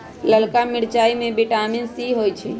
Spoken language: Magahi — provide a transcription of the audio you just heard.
ललका मिरचाई में विटामिन सी होइ छइ